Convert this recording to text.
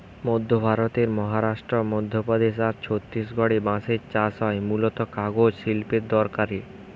মধ্য ভারতের মহারাষ্ট্র, মধ্যপ্রদেশ আর ছত্তিশগড়ে বাঁশের চাষ হয় মূলতঃ কাগজ শিল্পের দরকারে